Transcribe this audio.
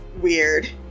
weird